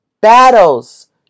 battles